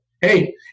hey